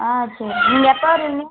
ஆ சரி நீங்கள் எப்போ வருவீங்க